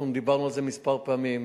אנחנו דיברנו על זה כמה פעמים,